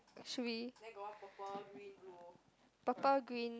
should be purple green